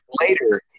later